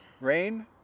rain